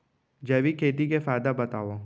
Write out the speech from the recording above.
जैविक खेती के फायदा बतावा?